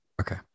Okay